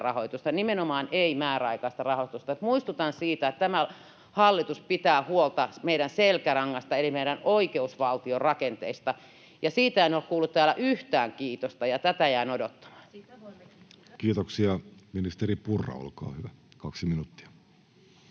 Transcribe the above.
rahoitusta, ei määräaikaista rahoitusta. Muistutan siitä, että tämä hallitus pitää huolta meidän selkärangasta eli meidän oikeusvaltion rakenteista. Siitä en ole kuullut täällä yhtään kiitosta, ja tätä jään odottamaan. [Maria Guzenina: Siitä voimme kiittää!]